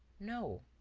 no.